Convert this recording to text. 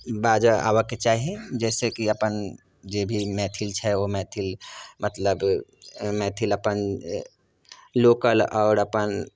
बाजऽ आबऽके चाही जाहिसँ कि अपन जे भी मैथिल छै ओ मैथिल मतलब मैथिल अपन लोकल आओर अपन